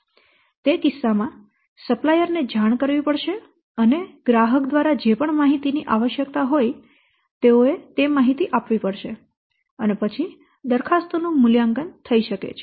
તે કિસ્સામાં સપ્લાયર ને જાણ કરવી પડશે અને ગ્રાહક દ્વારા જે પણ માહિતી ની આવશ્યકતા હોય તેઓએ તે માહિતી આપવી પડશે અને પછી દરખાસ્તોનું મૂલ્યાંકન થઈ શકે છે